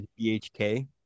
BHK